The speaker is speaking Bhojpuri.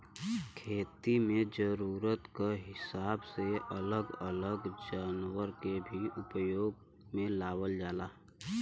खेती में जरूरत क हिसाब से अलग अलग जनावर के भी उपयोग में लावल जाला